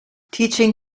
teaching